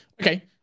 Okay